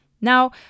Now